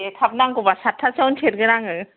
दे थाब नांगौबा साटथासोआवनो सेरगोन आङो